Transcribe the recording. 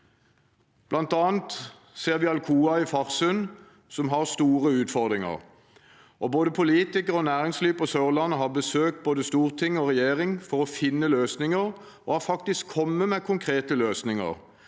Blant annet ser vi at Alcoa i Farsund har store utfordringer. Både politikere og næringsliv på Sørlandet har besøkt både storting og regjering for å finne løsninger, og har faktisk kommet med forslag til konkrete løsninger,